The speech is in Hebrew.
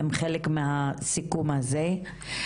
הן חלק מהסיכום הזה.